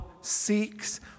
seeks